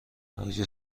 آیا